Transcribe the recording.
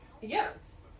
Yes